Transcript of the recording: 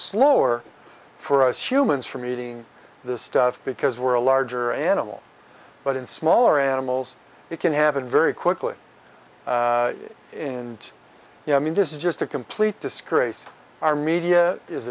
slower for us humans from eating this stuff because we're a larger animal but in smaller animals it can happen very quickly in you i mean this is just a complete disgrace our media is